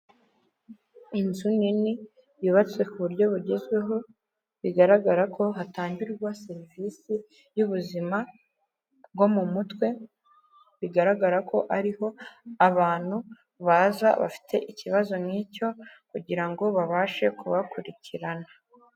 Inzu nini yubatswe ku buryo bugezweho, bigaragara ko hatangirwa serivisi y'ubuzima bwo mu mutwe, bigaragara ko ariho abantu baza bafite ikibazo nk'icyo kugira ngo babashe kubakurikirana.